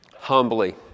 Humbly